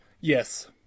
Yes